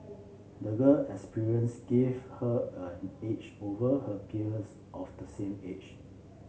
the girl experiences give her an edge over her peers of the same age